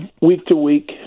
week-to-week